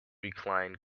reclined